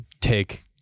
take